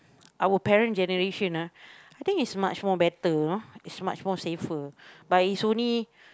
our parent generation ah I think it's much more better you know is much more safer but is only